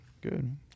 good